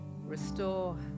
restore